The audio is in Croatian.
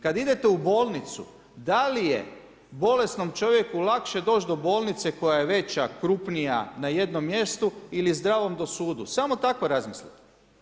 Kad idete u bolnicu da li je bolesnom čovjeku lakše doći do bolnice koja je veća, krupnija na jednom mjestu ili je zdravom na sudu, samo tako razmislite.